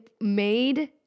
made